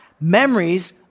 memories